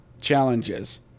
challenges